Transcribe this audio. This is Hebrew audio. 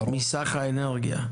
מסך האנרגיה?